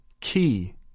key